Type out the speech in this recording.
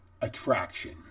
attraction